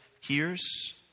hears